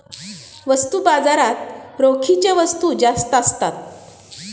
वस्तू बाजारात रोखीच्या वस्तू जास्त असतात